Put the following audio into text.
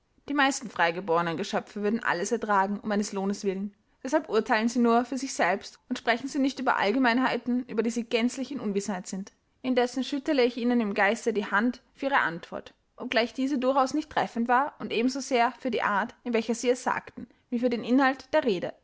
die meisten freigeborenen geschöpfe würden alles ertragen um eines lohnes willen deshalb urteilen sie nur für sich selbst und sprechen sie nicht über allgemeinheiten über die sie gänzlich in unwissenheit sind indessen schüttele ich ihnen im geiste die hand für ihre antwort obgleich diese durchaus nicht treffend war und ebensosehr für die art in welcher sie es sagten wie für den inhalt der rede